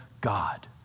God